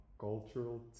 cultural